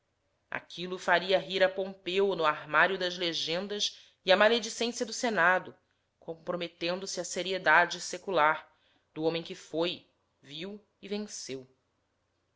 aquilo faria rir a pompeu no armário das legendas e a maledicência do senado comprometendo se a seriedade secular do homem que foi viu e venceu